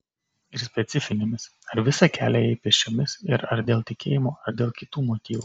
ir specifinėmis ar visą kelią ėjai pėsčiomis ir ar dėl tikėjimo ar dėl kitų motyvų